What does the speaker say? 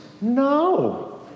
No